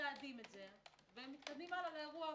מתעדים את זה וממשיכים לאירוע הבא.